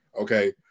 Okay